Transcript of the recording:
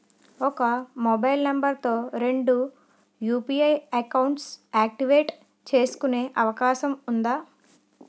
ఒక mobile number తో రెండు యు.పి.ఐ అకౌంట్స్ యాక్టివేట్ చేసుకునే అవకాశం వుందా?